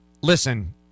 Listen